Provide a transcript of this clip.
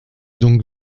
donc